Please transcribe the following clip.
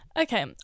okay